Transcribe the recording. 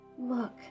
Look